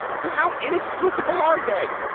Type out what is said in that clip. so how inexplicable are they?